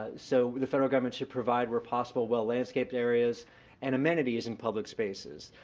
so the federal government should provide where possible well landscaped areas and amenities in public spaces.